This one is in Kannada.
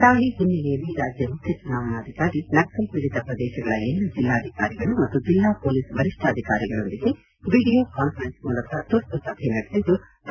ದಾಳಿ ಹಿನ್ನೆಲೆಯಲ್ಲಿ ರಾಜ್ಯ ಮುಖ್ಯ ಚುನಾವಣಾಧಿಕಾರಿ ನಕ್ಷಲ್ಪೀಡಿತ ಪ್ರದೇಶಗಳ ಎಲ್ಲ ಜಿಲ್ಲಾಧಿಕಾರಿಗಳು ಮತ್ತು ಜಿಲ್ಲಾ ಪೊಲೀಸ್ ವರಿಷ್ಣಾಧಿಕಾರಿಗಳೊಂದಿಗೆ ವಿಡಿಯೋ ಕಾನ್ಫರೆನ್ಸ್ ಮೂಲಕ ತುರ್ತು ಸಭೆ ನಡೆಸಿದ್ಲು